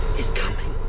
is coming.